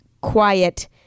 quiet